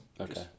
Okay